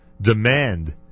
demand